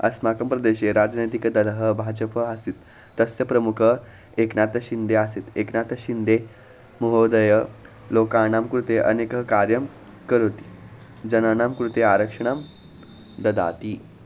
अस्माकं प्रदेशे राजनैतिकदलं भाजपा आसीत् तस्य प्रमुखः एक्नातशिन्दे आसीत् एक्नातशिन्दे महोदयः लोकस्य कृते अनेकानि कार्याणि करोति जनानां कृते आरक्षणं ददाति